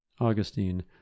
augustine